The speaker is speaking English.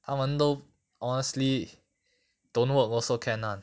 他们都 honestly don't work also can [one]